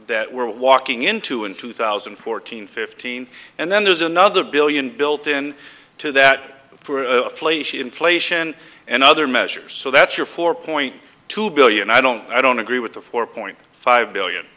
that we're walking into in two thousand and fourteen fifteen and then there's another billion built in to that for inflation and other measures so that your four point two billion i don't i don't agree with the four point five billion